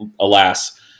alas